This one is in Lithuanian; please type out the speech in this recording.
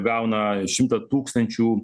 gauna šimtą tūkstančių